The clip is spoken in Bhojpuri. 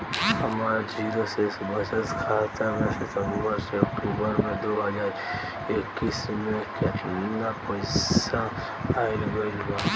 हमार जीरो शेष बचत खाता में सितंबर से अक्तूबर में दो हज़ार इक्कीस में केतना पइसा आइल गइल बा?